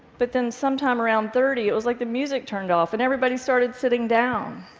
but then sometime around thirty it was like the music turned off and everybody started sitting down.